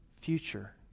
future